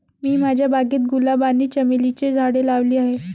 मी माझ्या बागेत गुलाब आणि चमेलीची झाडे लावली आहे